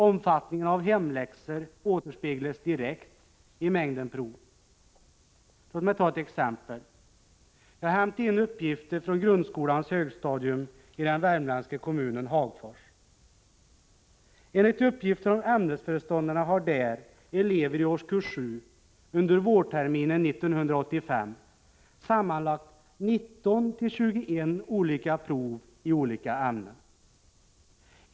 Omfattningen av hemläxor återspeglas direkt i mängden prov. Låt mig ta ett exempel. Jag har hämtat in uppgifter från grundskolans högstadium i den värmländska kommunen Hagfors. Enligt uppgift från ämnesföreståndarna har där elever i årskurs 7 under vårterminen 1985 sammanlagt 19-21 olika prov i 141 olika ämnen.